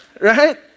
right